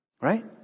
Right